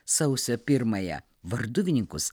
sausio pirmąją varduvininkus